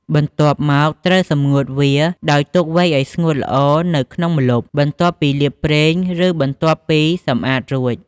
បន្ទាប់មកត្រូវសម្ងួតវា ដោយទុកវែកឱ្យស្ងួតល្អនៅក្នុងម្លប់ បន្ទាប់ពីលាបប្រេង ឬបន្ទាប់ពីសម្អាតរួច។